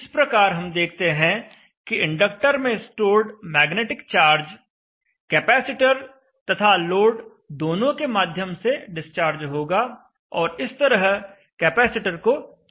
इस प्रकार हम देखते हैं कि इंडक्टर में स्टोर्ड मैग्नेटिक चार्ज कैपेसिटर तथा लोड दोनों के माध्यम से डिस्चार्ज होगा और इस तरह कैपेसिटर को चार्ज कर देगा